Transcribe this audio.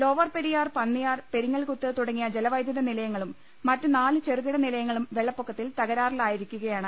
lower Periyar Panniyar Peringalkuthu തുടങ്ങിയ ജലവൈദ്യുത നിലയങ്ങളും മറ്റു നാല് ചെറു കിട നിലയങ്ങളും വെളളപ്പൊക്കത്തിൽ തകരാറിലായി രിക്കുകയാണ്